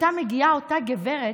הייתה מגיעה אותה גברת,